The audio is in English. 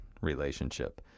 relationship